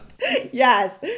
yes